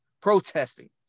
protesting